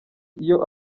iyo